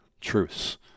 truths